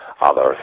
others